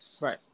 Right